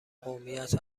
قومیت